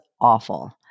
awful